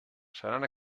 seran